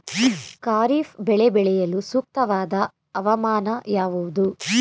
ಖಾರಿಫ್ ಬೆಳೆ ಬೆಳೆಯಲು ಸೂಕ್ತವಾದ ಹವಾಮಾನ ಯಾವುದು?